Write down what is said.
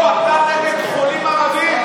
2021, של חבר הכנסת יצחק פינדרוס.